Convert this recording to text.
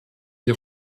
die